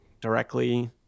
directly